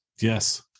Yes